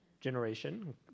generation